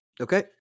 Okay